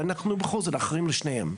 ובכל זאת אנחנו אחראים לשניהם.